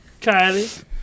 Kylie